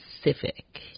specific